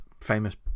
famous